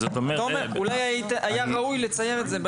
אולי היה ראוי לציין את זה,